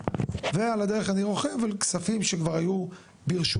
ועל הדרך אני רוכב על כספים שכבר היו ברשותם,